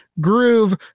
Groove